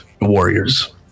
warriors